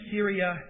Syria